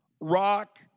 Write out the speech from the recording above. rock